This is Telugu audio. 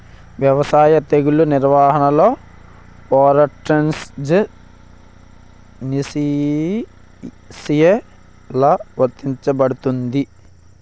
వ్యవసాయ తెగుళ్ల నిర్వహణలో పారాట్రాన్స్జెనిసిస్ఎ లా వర్తించబడుతుంది?